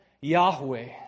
Yahweh